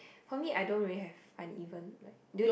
for me I don't really have uneven but do you